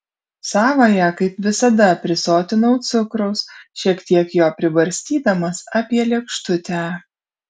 savąją kaip visada prisotinau cukraus šiek tiek jo pribarstydamas apie lėkštutę